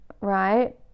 right